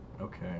okay